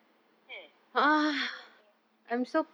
eh I don't know sia